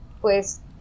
pues